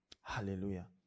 Hallelujah